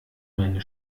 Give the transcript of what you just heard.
meine